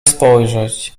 spojrzeć